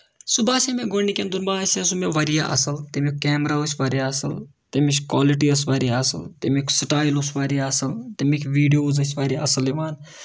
سُہ باسیو مےٚ گۄڈٕ نِکین دۄہن باسیو مےٚ سُہ واریاہ اَصٕل تَمیُک کیمرا ٲس واریاہ اَصٕل تَمِچ کولٹی ٲس واریاہ اَصٕل تَمیُک سٔٹایِل اوس واریاہ اَصٕل تَمِکۍ ویٖڈیوز ٲسۍ واریاہ اَصٕل یِوان